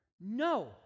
No